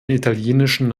italienischen